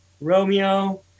Romeo